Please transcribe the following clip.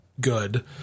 good